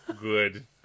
Good